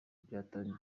byatangiye